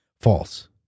false